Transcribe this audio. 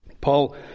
Paul